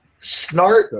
Snart